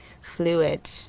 fluid